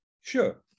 Sure